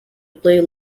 play